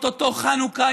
או-טו-טו חנוכה,